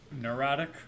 Neurotic